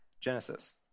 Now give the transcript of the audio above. Genesis